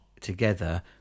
together